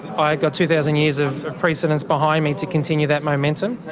i've got two thousand years of of precedence behind me to continue that momentum,